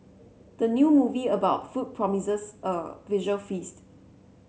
the new movie about food promises a visual feast